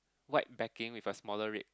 white backing with a smaller red